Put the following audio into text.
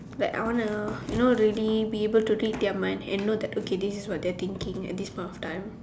like I wanna you know already be able to read their mind and know that okay this is what they are thinking at this point of time